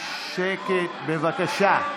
שקט, בבקשה.